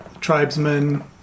tribesmen